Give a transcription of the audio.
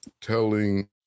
telling